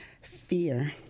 Fear